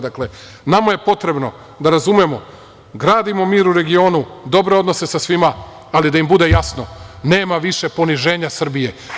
Dakle, nama je potrebno, da razumemo, gradimo mir u regionu, dobre odnose sa svima, ali da im bude jasno, nema više poniženja Srbije.